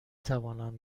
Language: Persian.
توانم